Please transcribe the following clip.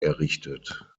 errichtet